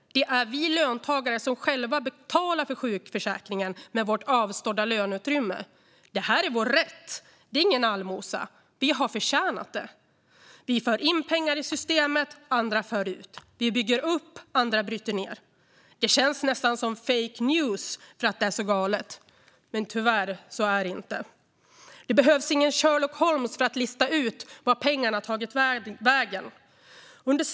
Det är vi löntagare som själva betalar för sjukförsäkringen med vårt avstådda löneutrymme. Det här är vår rätt. Det är ingen allmosa. Vi har förtjänat det. Vi för in pengar i systemet; andra för ut. Vi bygger upp; andra bryter ner. Det känns nästan som fake news, för det är så galet. Men tyvärr är det inte det. Det behövs ingen Sherlock Holmes för att lista ut vart pengarna tagit vägen.